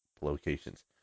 locations